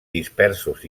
dispersos